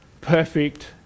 perfect